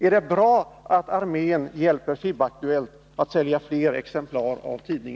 Är det bra att armén hjälper FIB-Aktuellt att sälja fler exemplar av sin tidning?